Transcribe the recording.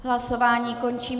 Hlasování končím.